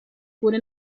wurde